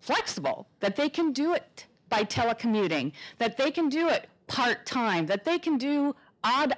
flexible that they can do it by telecommuting that they can do it part time that they can do odd